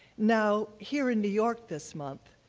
now, here in new york this month,